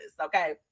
Okay